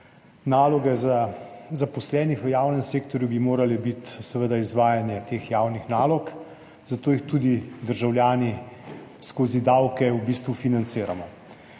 naloge zaposlenih v javnem sektorju bi morale biti seveda izvajanje teh javnih nalog, zato jih tudi državljani skozi davke v bistvu financiramo.